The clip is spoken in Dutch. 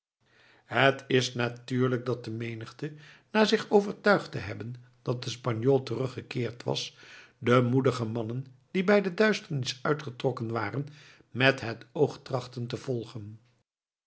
het is natuurlijk dat de menigte na zich overtuigd te hebben dat de spanjool teruggekeerd was de moedige mannen die bij de duisternis uitgetrokken waren met het oog trachtte te volgen